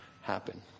happen